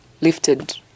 lifted